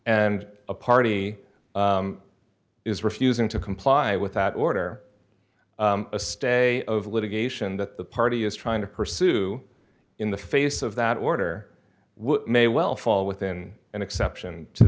and a party is refusing to comply with that order a stay of litigation that the party is trying to pursue in the face of that order may well fall within an exception to